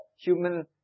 human